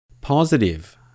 positive